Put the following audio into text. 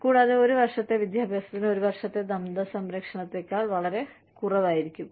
കൂടാതെ ഒരു വർഷത്തെ വിദ്യാഭ്യാസത്തിന് ഒരു വർഷത്തെ ദന്ത സംരക്ഷണത്തേക്കാൾ വളരെ കുറവായിരിക്കും